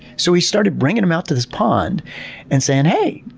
so we started bringing them out to this pond and saying, hey,